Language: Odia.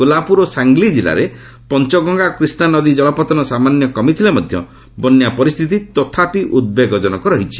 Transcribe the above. କୋହ୍ଲାପୁର ଓ ସାଙ୍ଗ୍ଲି ଜିଲ୍ଲାରେ ପଞ୍ଚଗଙ୍ଗା ଓ କ୍ରିଷ୍ଣା ନଦୀ ଜଳପତନ ସାମାନ୍ୟ କମିଥିଲେ ମଧ୍ୟ ବନ୍ୟା ପରିସ୍ଥିତି ଉଦ୍ବେଗଜନକ ରହିଛି